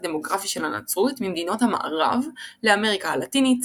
הדמוגרפי של הנצרות ממדינות המערב לאמריקה הלטינית,